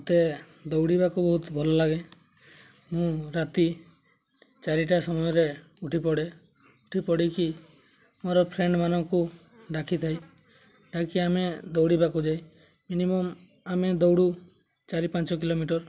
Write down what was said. ମୋତେ ଦୌଡ଼ିବାକୁ ବହୁତ ଭଲ ଲାଗେ ମୁଁ ରାତି ଚାରିଟା ସମୟରେ ଉଠି ପଡ଼େ ଉଠି ପଡ଼ିକି ମୋର ଫ୍ରେଣ୍ଡ୍ମାନଙ୍କୁ ଡାକିଥାଏ ଡାକି ଆମେ ଦୌଡ଼ିବାକୁ ଯାଇ ମିନିମମ୍ ଆମେ ଦୌଡ଼ୁ ଚାରି ପାଞ୍ଚ କିଲୋମିଟର